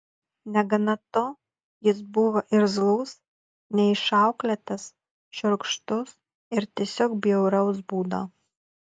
negana to jis buvo irzlus neišauklėtas šiurkštus ir tiesiog bjauraus būdo